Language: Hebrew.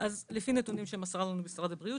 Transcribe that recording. לפי נתונים שמסר לנו משרד הבריאות,